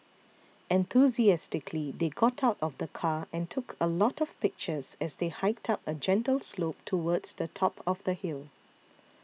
enthusiastically they got out of the car and took a lot of pictures as they hiked up a gentle slope towards the top of the hill